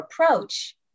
approach